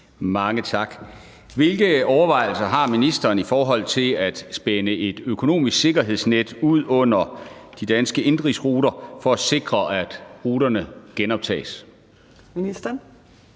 Mange tak. Hvilke overvejelser har ministeren i forhold til at spænde et økonomisk sikkerhedsnet ud under de danske indenrigsruter for at sikre, at ruterne genoptages?